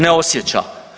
Ne osjeća.